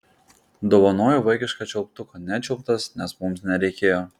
dovanoju vaikišką čiulptuką nečiulptas nes mums nereikėjo